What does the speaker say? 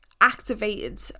activated